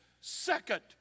second